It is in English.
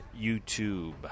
YouTube